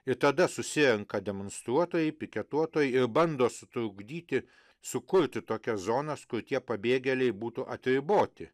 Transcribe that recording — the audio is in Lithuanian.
ir tada susirenka demonstruotojai piketuotojai ir bando sutrukdyti sukurti tokias zonas kur tie pabėgėliai būtų atriboti